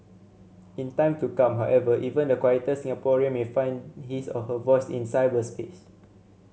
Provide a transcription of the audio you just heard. in time to come however even the quieter Singaporean may find his or her voice in cyberspace